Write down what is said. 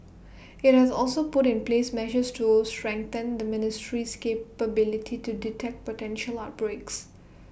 IT has also put in place measures to strengthen the ministry's capability to detect potential outbreaks